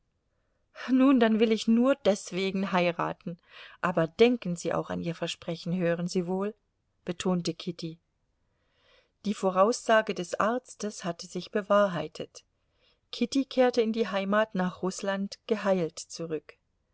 nun dann will ich nur deswegen heiraten aber denken sie auch an ihr versprechen hören sie wohl betonte kitty die voraussage des arztes hatte sich bewahrheitet kitty kehrte in die heimat nach rußland geheilt zurück